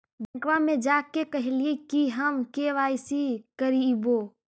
बैंकवा मे जा के कहलिऐ कि हम के.वाई.सी करईवो?